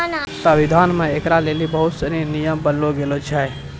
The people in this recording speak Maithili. संविधान मे ऐकरा लेली बहुत सनी नियम बनैलो गेलो छै